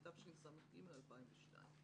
התשס"ג-2002."